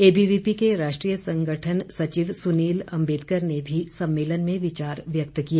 ABVP के राष्ट्रीय संगठन सचिव सुनील अम्बेडकर ने भी सम्मेलन में विचार व्यक्त किए